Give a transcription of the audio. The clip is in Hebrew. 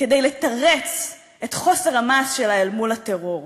כדי לתרץ את חוסר המעש שלה אל מול הטרור,